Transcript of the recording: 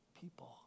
people